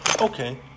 Okay